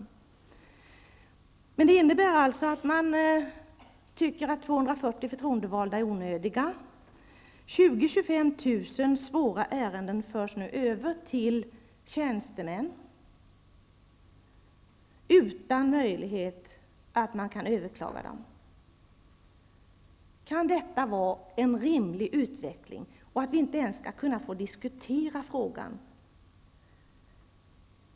Att avskaffa dem innebär att man tycker att 240 förtroendevalda är onödiga. 20 000--25 000 svåra ärenden förs nu över till tjänstemän. Det kommer inte att finnas möjlighet att överklaga dem. Kan detta vara en rimlig utveckling? Skall vi inte ens kunna få diskutera frågan?